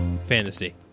Fantasy